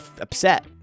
upset